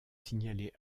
signalés